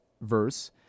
Verse